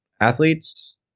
athletes